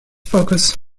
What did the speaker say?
focus